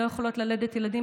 לא יכולות ללדת ילדים.